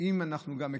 גם אם אנחנו מקווים